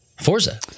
forza